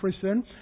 prison